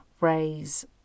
raise